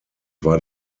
war